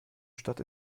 stadt